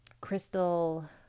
Crystal